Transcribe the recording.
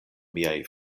miaj